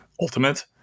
ultimate